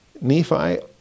Nephi